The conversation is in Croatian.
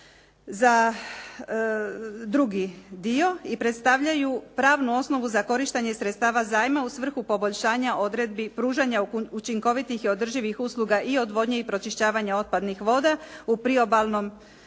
za drugi dio i predstavljaju pravnu osnovu za korištenje sredstava zajma u svrhu poboljšanja odredbi, pružanja učinkovitih i održivih usluga i odvodnje i pročišćavanje otpadnih voda u priobalnom području